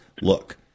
look